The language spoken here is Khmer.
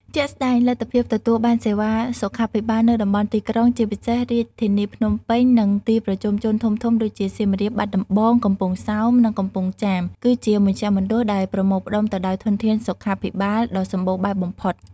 ជាក់ស្ដែង លទ្ធភាពទទួលបានសេវាសុខាភិបាលនៅតំបន់ទីក្រុង ជាពិសេសរាជធានីភ្នំពេញ និងទីប្រជុំជនធំៗដូចជា សៀមរាប បាត់ដំបង កំពង់សោម និងកំពង់ចាម គឺជាមជ្ឈមណ្ឌលដែលប្រមូលផ្តុំទៅដោយធនធានសុខាភិបាលដ៏សម្បូរបែបបំផុត។